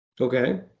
Okay